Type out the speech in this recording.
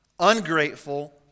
ungrateful